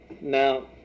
Now